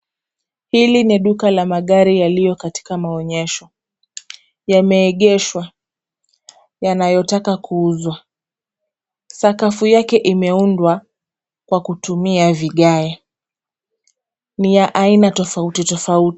Hili ni duka la magari yaliyo katika maonyesho. Yameegeshwa yanayotaka kuuzwa . Sakafu yake imeundwa kwa kutumia vigae. Ni ya aina tofauti tofauti.